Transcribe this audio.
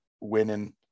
winning